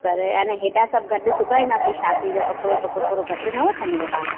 पर ऐं न हेॾा सभु गॾु सिबाईंदासी शादी जो कपिड़ो त पोइ थोरो घटि न वठंदव तव्हां